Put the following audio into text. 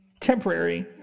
Temporary